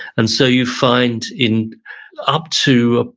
and so you find in up to,